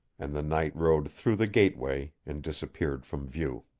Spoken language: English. and the knight rode through the gateway and disappeared from view.